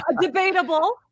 Debatable